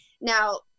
Now